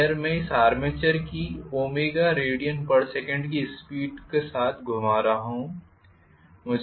अगर मैं इस आर्मेचर की ω radsec की स्पीड के साथ घुमा रहा हूं